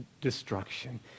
destruction